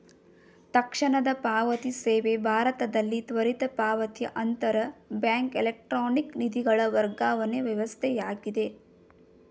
ತಕ್ಷಣದ ಪಾವತಿ ಸೇವೆ ಭಾರತದಲ್ಲಿ ತ್ವರಿತ ಪಾವತಿ ಅಂತರ ಬ್ಯಾಂಕ್ ಎಲೆಕ್ಟ್ರಾನಿಕ್ ನಿಧಿಗಳ ವರ್ಗಾವಣೆ ವ್ಯವಸ್ಥೆಯಾಗಿದೆ